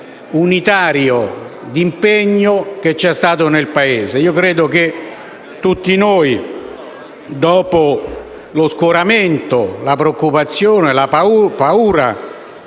unitario di impegno registrato nel Paese. Credo che tutti noi, dopo lo scoramento, la preoccupazione e la paura